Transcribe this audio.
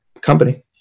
company